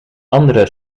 andere